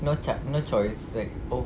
no cha~ no choice right oh